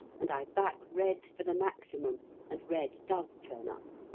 and i back red for the maximum and red does turn up